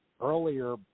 earlier